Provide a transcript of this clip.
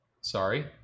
Sorry